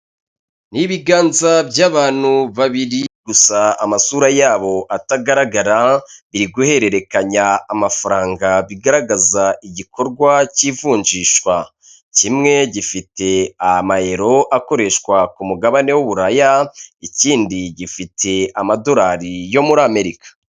Ni ibiganza by'abantu babiri gusa amasura yabo atagaragara biri guhererekanya amafaranga bigaragaza igikorwa cy'ivunjishwa, kimwe gifite amayero akoreshwa ku mugabane w'uburaya, ikindi gifite amadorari yo muri Amerika.